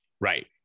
Right